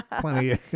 plenty